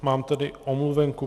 Mám tady omluvenku.